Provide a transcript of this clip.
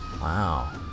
Wow